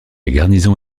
garnison